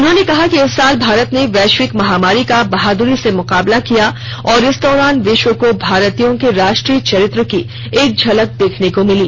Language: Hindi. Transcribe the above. उन्होंने कहा कि इस साल भारत ने वैश्विक महामारी का बहादुरी से मुकाबला किया और इस दौरान विश्व को भारतीयों के राष्ट्रीय चरित्र की एक झलक देखने को मिली